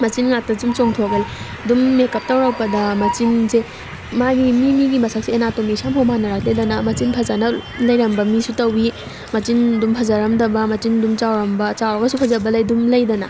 ꯃꯆꯤꯟ ꯉꯥꯛꯇ ꯁꯨꯝ ꯆꯣꯡꯊꯣꯛꯍꯜꯂꯤ ꯑꯗꯨꯝ ꯃꯦꯀꯞ ꯇꯧꯔꯛꯄꯗ ꯃꯆꯤꯟꯁꯦ ꯃꯥꯒꯤ ꯃꯤ ꯃꯤꯒꯤ ꯃꯁꯛꯁꯦ ꯑꯦꯅꯥꯇꯣꯃꯤꯁꯦ ꯑꯃꯐꯥꯎ ꯃꯥꯟꯅꯔꯛꯇꯦꯗꯅ ꯃꯆꯤꯟ ꯐꯖꯅ ꯂꯩꯔꯝꯕ ꯃꯤꯁꯨ ꯇꯧꯋꯤ ꯃꯆꯤꯟ ꯑꯗꯨꯝ ꯐꯖꯔꯝꯗꯕ ꯃꯆꯤꯟ ꯑꯗꯨꯝ ꯆꯥꯎꯔꯝꯕ ꯆꯥꯎꯔꯒꯁꯨ ꯐꯖꯕ ꯂꯩ ꯑꯗꯨꯝ ꯂꯩꯗꯅ